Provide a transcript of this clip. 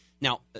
Now